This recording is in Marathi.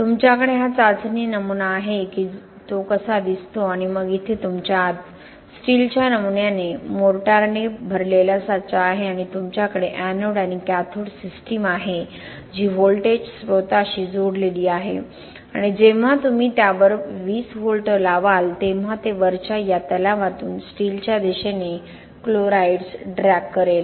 तुमच्याकडे हा चाचणी नमुना आहे की तो कसा दिसतो आणि मग इथे तुमच्या आत स्टीलच्या नमुन्याने मोर्टारने भरलेला साचा आहे आणि तुमच्याकडे एनोड आणि कॅथोड सिस्टम आहे जी व्होल्टेज स्त्रोताशी जोडलेली आहे आणि जेव्हा तुम्ही त्यावर 20 व्होल्ट लावाल तेव्हा ते वरच्या या तलावातून स्टीलच्या दिशेने क्लोराईड्स ड्रॅग करेल